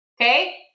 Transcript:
Okay